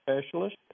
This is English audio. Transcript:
Specialist